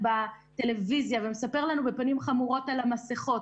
בטלוויזיה ומספר לנו בפנים חמורות על המסכות,